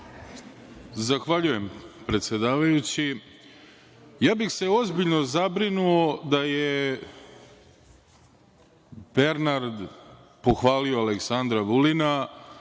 Zahvaljujem, predsedavajući. Ozbiljno bih se zabrinuo da je Bernard pohvalio Aleksandra Vulina,